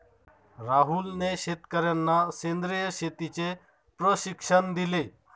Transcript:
राहुलने शेतकर्यांना सेंद्रिय शेतीचे प्रशिक्षण दिले